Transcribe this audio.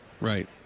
right